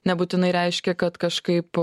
nebūtinai reiškia kad kažkaip